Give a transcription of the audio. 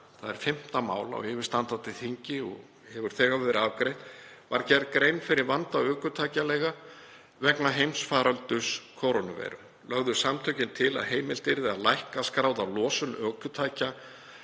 þ.e. 5. mál á yfirstandandi þingi og hefur þegar verið afgreitt, var gerð grein fyrir vanda ökutækjaleiga vegna heimsfaraldurs kórónuveiru. Lögðu samtökin til að heimilt yrði að lækka skráða losun ökutækja